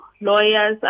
lawyers